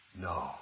no